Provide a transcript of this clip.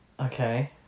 Okay